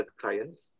clients